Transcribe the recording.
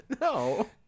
No